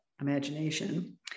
imagination